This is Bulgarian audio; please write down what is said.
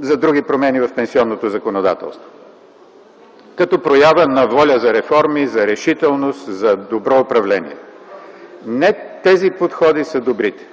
за други промени в пенсионното законодателство, като проява на воля за реформи, за решителност, за добро управление. Не тези подходи са добрите.